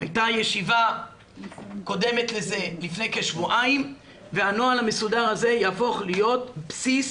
הייתה ישיבה קודמת לזה לפני כשבועיים והנוהל המסודר הזה יהפוך להיות בסיס